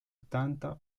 ottanta